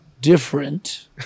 different